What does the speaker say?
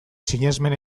sinesmen